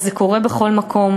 אז זה קורה בכל מקום.